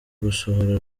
gusohora